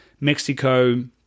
Mexico